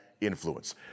influence